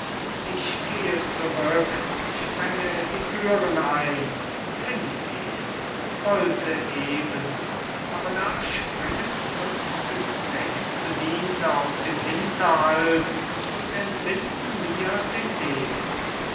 ich gehe zurück sprenge die thüren ein find ihn wollte eben aber da sprangen fünf bis sechs bediente aus dem hinterhalt und entwanden mir den degen